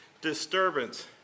disturbance